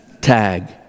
tag